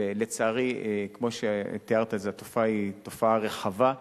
לצערי, כמו שתיארת, התופעה היא תופעה רחבה.